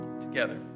together